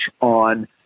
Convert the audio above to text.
on